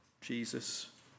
Jesus